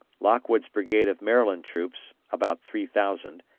lockwood's brigade of maryland troops, about three thousand,